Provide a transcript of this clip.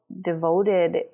devoted